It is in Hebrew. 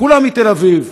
כולם מתל אביב,